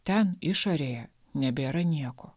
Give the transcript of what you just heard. ten išorėje nebėra nieko